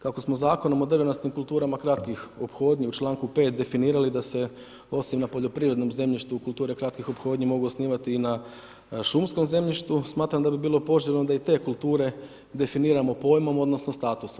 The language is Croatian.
Kako smo zakonom o drvenastim kulturama kratkih ophodnji u čl. 5. definirali da se osim na poljoprivrednom zemljištu kulture kratke ophodnje, mogu osnivati i na šumskom zemljištu, smatram da bi bilo poželjno da i te kulture definiramo pojmom odnosno, statusom.